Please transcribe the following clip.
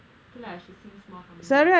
okay lah she seems more humble